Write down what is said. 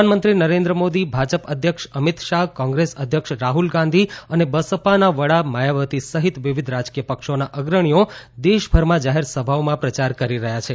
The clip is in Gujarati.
પ્રધાનમંત્રી નરેન્દ્ર મોદી ભાજપ અધ્યક્ષ અમિત શાહ કોંગ્રેસ અધ્યક્ષ રાહ્લ ગાંધી અને બસપાના વડા માયાવતી સહિત વિવિધ રાજકીય પક્ષોના અગ્રણીઓ દેશભરમાં જાહેર સભાઓમાં પ્રચાર કરી રહ્યા છે